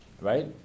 right